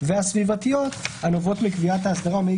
והסביבתיות הנובעות מקביעת האסדרה ומאי